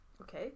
Okay